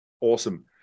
Awesome